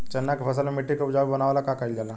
चन्ना के फसल में मिट्टी के उपजाऊ बनावे ला का कइल जाला?